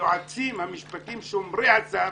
היועצים המשפטיים שומרי הסף